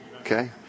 Okay